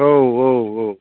औ औ औ